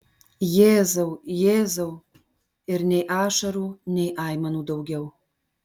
jėzau jėzau ir nei ašarų nei aimanų daugiau